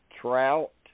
Trout